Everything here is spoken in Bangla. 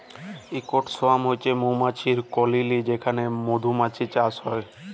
ইকট সোয়ার্ম হছে মমাছির কললি যেখালে মধুমাছির চাষ হ্যয়